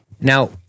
Now